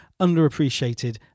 underappreciated